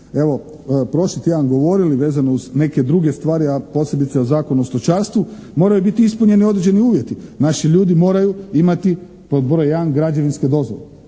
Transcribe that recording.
evo prošli tjedan govorili vezano uz neke druge stvari a posebice o Zakonu o stočarstvu moraju biti ispunjeni određeni uvjeti. Naši ljudi moraju imati pod broj 1. građevinske dozvole.